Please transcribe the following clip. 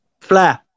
Flair